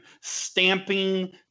stamping